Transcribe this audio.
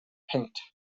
paint